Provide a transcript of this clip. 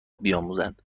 بیاموزند